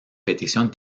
petición